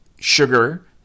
sugar